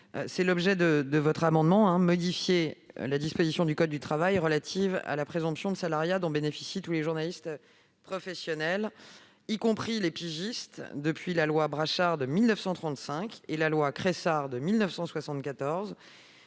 presse française. Il tend à modifier la disposition du code du travail relative à la présomption de salariat dont bénéficient tous les journalistes professionnels, y compris les pigistes, depuis la loi Brachard de 1935 et la loi Cressard de 1974.